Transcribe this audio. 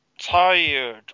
tired